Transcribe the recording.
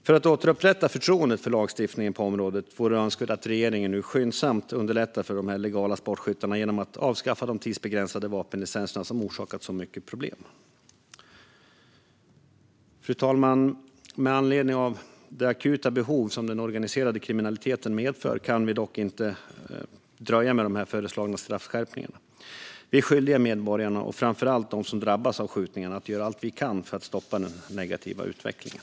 För att återupprätta förtroendet för lagstiftningen på området vore det önskvärt att regeringen nu skyndsamt underlättar för de legala sportskyttarna genom att avskaffa de tidsbegränsade vapenlicenserna, som orsakat så mycket problem. Fru talman! Med anledning av det akuta behov som den organiserade kriminaliteten medför kan vi dock inte dröja med dessa föreslagna straffskärpningar. Vi är skyldiga medborgarna och framförallt dem som drabbas av skjutningarna att göra allt vi kan för att stoppa den negativa utvecklingen.